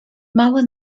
mały